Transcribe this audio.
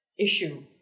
issue